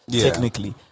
technically